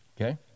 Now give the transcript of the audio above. Okay